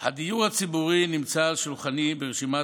הדיור הציבורי נמצא על שולחני ברשימת